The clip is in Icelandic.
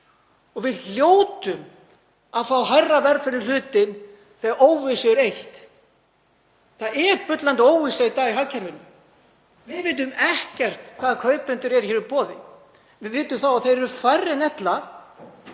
Við hljótum að fá hærra verð fyrir hlutinn þegar óvissu er eytt. Það er bullandi óvissa í hagkerfinu í dag. Við vitum ekkert hvaða kaupendur eru hér í boði. Við vitum þó að þeir eru færri en ella